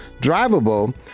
drivable